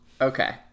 okay